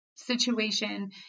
situation